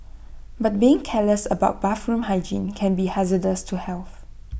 but being careless about bathroom hygiene can be hazardous to health